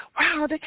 wow